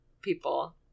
people